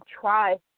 try